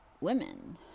women